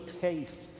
taste